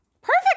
perfect